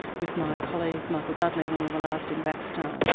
with my colleague, michael dudley, when we were last in baxter,